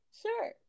sure